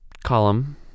Column